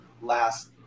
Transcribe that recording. last